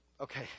Okay